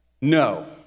No